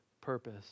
purpose